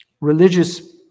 religious